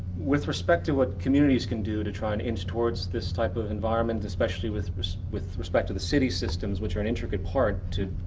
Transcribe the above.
with respect to what communities can do to try to and inch towards this type of environment especially with with respect to the city systems which are an intricate part to.